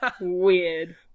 weird